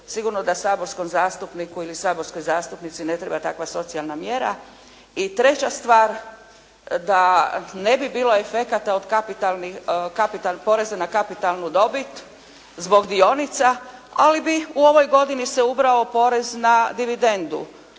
Sigurno da saborskoj zastupniku ili saborskoj zastupnici ne treba takva socijalna mjera i treća stvar da ne bi bilo efekata od poreza na kapitalnu dobit zbog dionica, ali bi u ovoj godini se ubrao porez na dividendu.